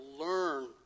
learn